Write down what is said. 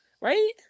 right